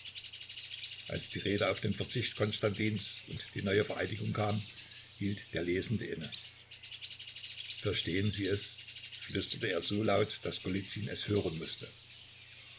als die rede auf den verzicht konstantins und die neue vereidigung kam hielt der lesende inne verstehen sie es flüsterte er so laut daß golizyn es hören mußte